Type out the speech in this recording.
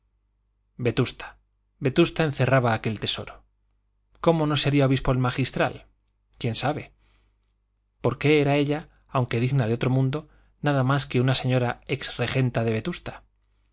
vetusta vetusta encerraba aquel tesoro cómo no sería obispo el magistral quién sabe por qué era ella aunque digna de otro mundo nada más que una señora ex regenta de vetusta